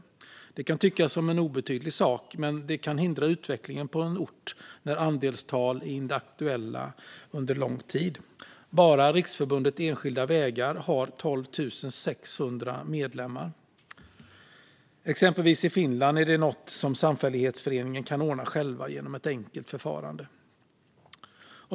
Detta kan tyckas som en obetydlig sak, men det kan hindra utvecklingen på en ort när andelstal är inaktuella under lång tid. Bara Riksförbundet Enskilda Vägar har 12 600 medlemmar. Exempelvis i Finland är detta något som samfällighetsföreningen kan ordna själv genom ett enkelt förfarande.